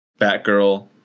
Batgirl